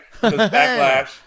Backlash